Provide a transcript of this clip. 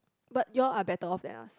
but you all are better off than us